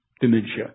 dementia